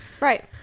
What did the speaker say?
right